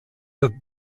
have